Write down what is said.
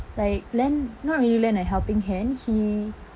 like lend not really lend a helping hand he